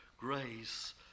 grace